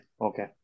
okay